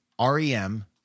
REM